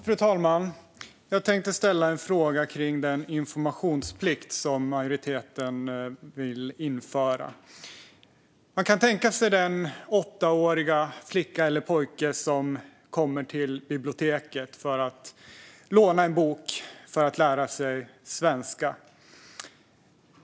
Fru talman! Jag tänkte ställa en fråga om den informationsplikt som majoriteten vill införa. Man kan tänka sig den åttaåriga flicka eller pojke som kommer till biblioteket för att låna en bok för att lära sig svenska.